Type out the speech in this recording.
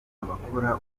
abakora